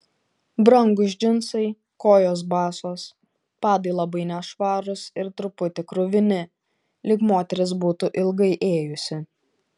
brangūs džinsai kojos basos padai labai nešvarūs ir truputį kruvini lyg moteris būtų ilgai ėjusi